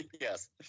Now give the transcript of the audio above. Yes